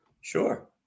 sure